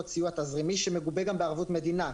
סיוע תזרימי שמגובה גם בערבות מדינה,